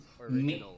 original